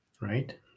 Right